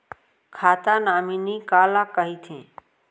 खाता नॉमिनी काला कइथे?